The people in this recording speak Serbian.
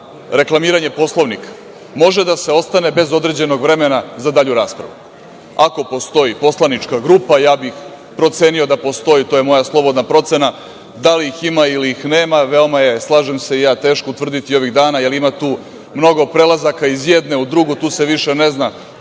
reklamiranje Poslovnika, može da se ostane bez određenog vremena za dalju raspravu. Ako postoji poslanička grupa, a ja bih procenio da postoji, to je moja slobodna procena, da li ih ima ili ih nema veoma je, slažem se i ja, teško utvrditi ovih dana, jer ima tu mnogo prelazaka iz jedne u drugu, tu se više ne zna